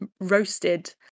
roasted